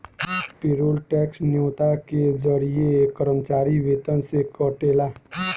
payroll tax न्योता के जरिए कर्मचारी वेतन से कटेला